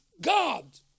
God